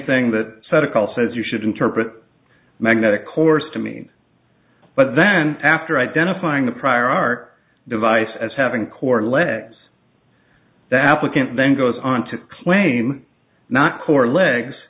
thing that said a call says you should interpret magnetic horse to mean but then after identifying the prior art device as having core legs that applicant then goes on to claim not core legs